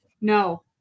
no